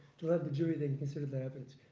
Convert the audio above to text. to let the jury then consider that evidence.